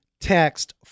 Text